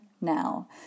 now